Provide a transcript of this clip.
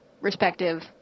respective